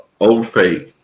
overpaid